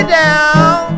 down